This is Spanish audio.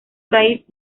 raíz